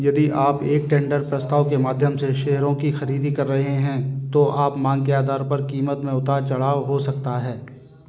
यदि आप एक टेंडर प्रस्ताव के माध्यम से शेयरों की ख़रीदी कर रहे हैं तो आप मांग के आधार पर कीमत में उतार चढ़ाव हो सकता है